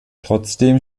trotzdem